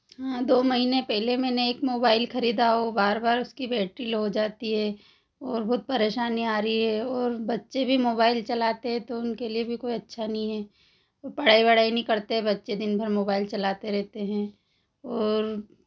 हाँ दो महीने पहले मैंने एक मोबाइल खरीदा वो बार बार उसकी बैटरी लो हो जाती है और बहुत परेशानी आ रही है और बच्चे भी मोबाइल चलाते हैं तो उनके लिए भी कोई अच्छा नहीं है पढ़ाई वढ़ाई नहीं करते बच्चे दिन भर मोबाइल चलाते रहते हैं और